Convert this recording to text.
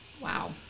Wow